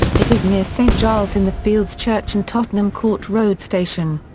it is near st giles in the fields church and tottenham court road station.